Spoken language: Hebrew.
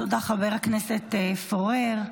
תודה, חבר הכנסת פורר.